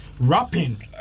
Rapping